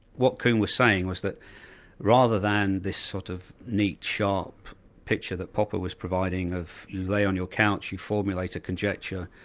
what kuhn was saying was that rather than this sort of neat, sharp picture that popper was providing of you lay on your couch, you formulate a conjecture,